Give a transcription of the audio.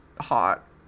hot